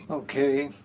ok,